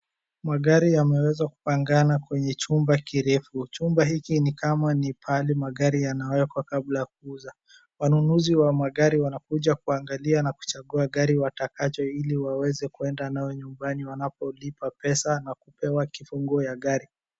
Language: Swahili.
Magari yameweza kupangana kwenye chumba kirefu. Chumba hiki ni kama mahali magali inawekwa kabla ya kuuza. Wanunuzi wamagari wanakuja kuangalia na kuchagua ngari watakacho ili waweze kwenda nayo nyumbani wanapo lipa pesa na kupewa funguo ya gari.